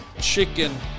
chicken